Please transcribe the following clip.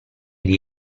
dei